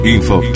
Info